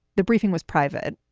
the briefing was private.